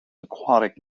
aquatic